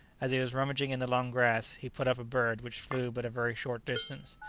as he was rummaging in the long grass, he put up a bird which flew but a very short distance.